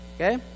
Okay